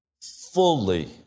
fully